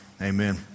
Amen